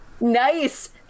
Nice